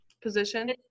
position